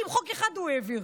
חוק אחד לא יודעת אם הוא העביר.